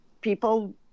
people